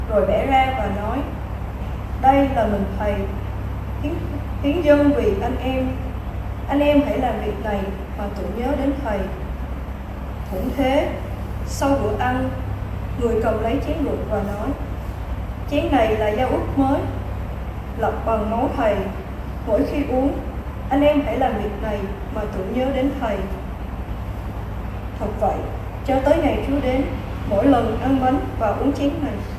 Rồi bẻ ra và nói, "Đây là lần thầy. Kính- kính dân vì anh em. Anh em hãy làm việc này mà tưởng nhớ đến thầy." Cũng thế, sau bữa ăn, người cầm lấy chén luộc và nói, "Chén này là giao ước mới. Lập bằng máu thầy. Mỗi khi uống, anh em hãy làm việc này mà tưởng nhớ đến thầy." Thật vậy, cho tới ngày Chúa đến, mỗi lần ăn bánh và uống chén này,